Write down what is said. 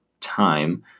time